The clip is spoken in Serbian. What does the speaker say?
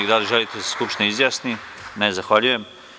Da li želite da se Skupština izjasni? (Ne) Zahvaljujem.